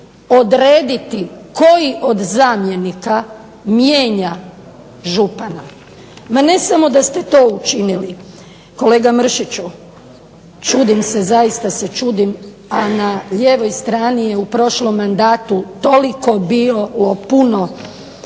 odrediti koji od zamjenika mijenja župana. Ma ne samo da ste to učinili, kolega Mršiću, čudim se, zaista se čudim, a na lijevoj strani je u prošlom mandatu toliko bilo puno